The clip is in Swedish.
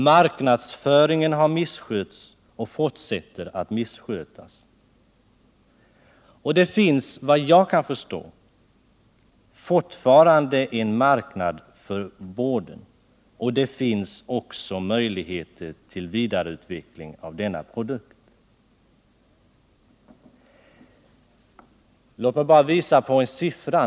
Marknadsföringen har misskötts, och man fortsätter att missköta den. Det finns vad jag kan förstå fortfarande en marknad för boarden, och det finns också möjligheter till vidareutveckling av denna produkt. Låt mig nämna en enda siffra.